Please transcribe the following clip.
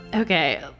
Okay